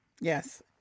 Yes